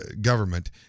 government